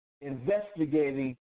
investigating